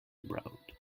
abroad